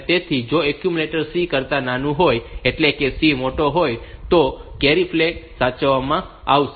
તેથી જો accumulator C કરતા નાનું હોય એટલે કે C મોટો હોય તો કેરી ફ્લેગ સાચવવામાં આવશે